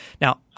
Now